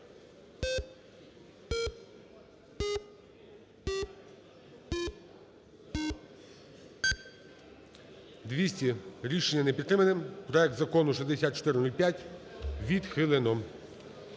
За-203 Рішення не підтримане. Проект Закону 6405 відхилено.